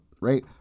right